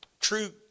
true